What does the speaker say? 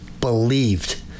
believed